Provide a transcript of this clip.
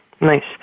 Nice